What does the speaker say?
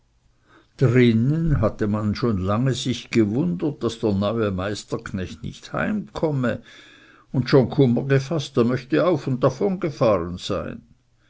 drinnen hatte man schon lange sich gewundert daß der neue meisterknecht nicht heimkomme und schon kummer gefaßt er möchte auf und davongefahren sein